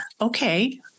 okay